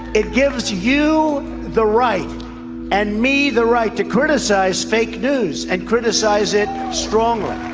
it gives you the right and me the right to criticise fake news and criticise it strongly.